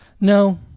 No